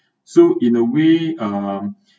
so in a way uh